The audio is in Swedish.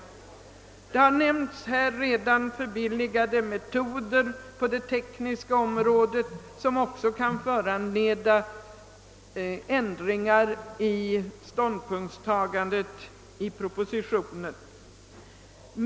Här har, som också av föregående talare nämnts, förbilligade metoder introducerats på det tekniska området, något som också kan föranleda ändringar i det ståndpunktstagande som gjorts i propositionen.